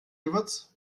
gewürz